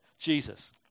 Jesus